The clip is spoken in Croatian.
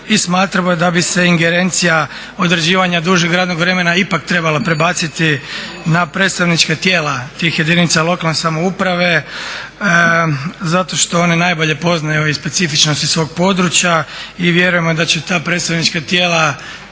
i smatramo da bi se ingerencija određivanja dužeg radnog vremena ipak trebala prebaciti na predstavnička tijela tih jedinica lokalne samouprave zato što one najbolje poznaju i specifičnosti svog područja i vjerujemo da će ta predstavnička tijela